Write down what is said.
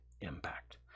impact